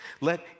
Let